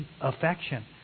affection